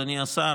אדוני השר,